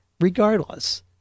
regardless